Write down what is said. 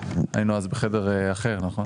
היינו אז בחדר אחר, נכון?